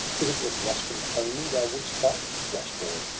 is it with rustum only thou wouldst fight? rash boy,